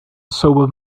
sober